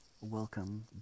Welcome